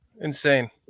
Insane